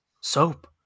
Soap